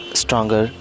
stronger